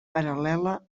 paral·lela